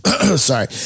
sorry